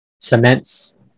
cements